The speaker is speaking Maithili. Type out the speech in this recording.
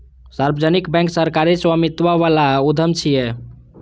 सार्वजनिक बैंक सरकारी स्वामित्व बला उद्यम छियै